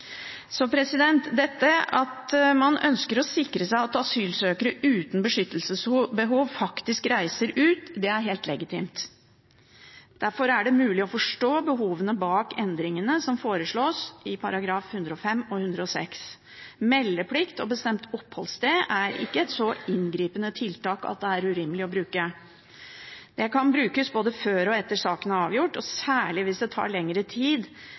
at man ønsker å sikre seg slik at asylsøkere uten beskyttelsesbehov faktisk reiser ut, er helt legitimt. Derfor er det mulig å forstå behovene bak endringene som foreslås i §§ 105 og 106. Meldeplikt og bestemt oppholdssted er ikke et så inngripende tiltak at det er urimelig å bruke. Det kan brukes både før og etter at saken er avgjort, og særlig hvis det tar lengre tid